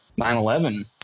9-11